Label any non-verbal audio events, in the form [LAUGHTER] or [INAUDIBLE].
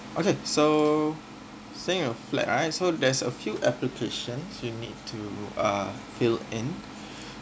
okay so selling a flat right so there's a few applications you need to uh fill in [BREATH]